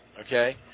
Okay